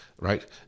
right